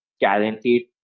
guaranteed